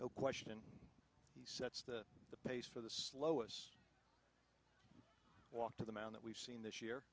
no question he sets the the pace for the slowest walk to the mound that we've seen this year